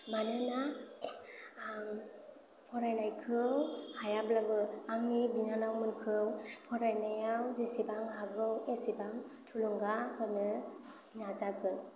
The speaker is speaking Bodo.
मानोना आं फरायनायखौ हायाब्लाबो आंनि बिनानावमोनखौ फरायनायाव जिसिबां हागौ इसिबां थुलुंगा होनो नाजागोन